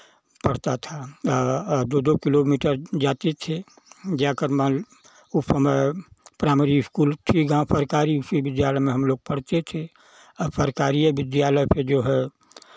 पड़ता था दो दो किलोमीटर जाते थे जाकर उस समय प्राइमरी स्कूल थी गाँव सरकारी उसी विद्यालय में हमलोग पढ़ते थे आ सरकारिये विद्यालय से जो है